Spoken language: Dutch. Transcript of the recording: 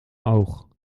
oog